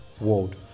world